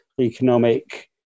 economic